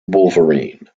wolverine